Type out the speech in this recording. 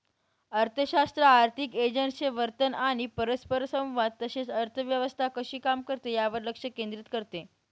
अर्थशास्त्र आर्थिक एजंट्सचे वर्तन आणि परस्परसंवाद तसेच अर्थव्यवस्था कशी काम करते यावर लक्ष केंद्रित करते